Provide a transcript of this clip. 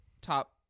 top